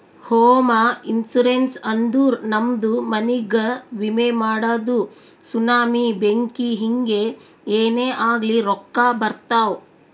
ಹೋಮ ಇನ್ಸೂರೆನ್ಸ್ ಅಂದುರ್ ನಮ್ದು ಮನಿಗ್ಗ ವಿಮೆ ಮಾಡದು ಸುನಾಮಿ, ಬೆಂಕಿ ಹಿಂಗೆ ಏನೇ ಆಗ್ಲಿ ರೊಕ್ಕಾ ಬರ್ತಾವ್